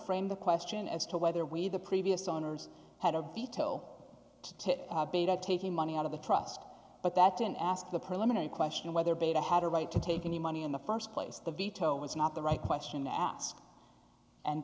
framed the question as to whether we the previous owners had a veto to beda taking money out of the trust but that didn't ask the preliminary question of whether beta had a right to take any money in the st place the veto was not the right question to ask and